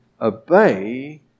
obey